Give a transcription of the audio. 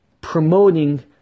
Promoting